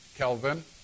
Kelvin